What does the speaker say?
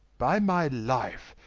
by my life,